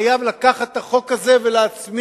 חייב להצמיד את החוק הזה ללבו,